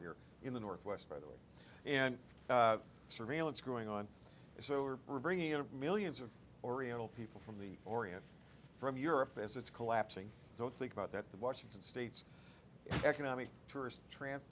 here in the northwest by the way and surveillance going on so we're bringing in of millions of oriental people from the orient from europe as it's collapsing so think about that the washington state's economic tourist tramp